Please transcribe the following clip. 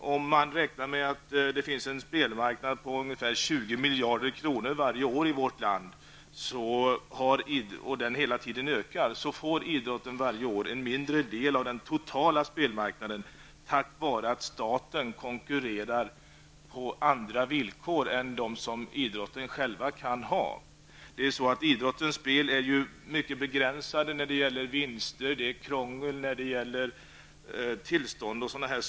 Man räknar med att spelmarknaden omsätter ungefär 20 miljarder kronor varje år i vårt land, och denna marknad ökar hela tiden. Idrotten får varje år en mindre del av den totala spelmarknaden på grund av att staten konkurrerar på andra villkor än dem man har inom idrottsrörelsen. Idrottens spel är ju mycket begränsade när det gäller vinster, och man har krångel när det gäller tillstånd och liknande.